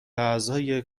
اعضای